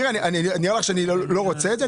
מירי, נראה לך שאני לא רוצה את זה?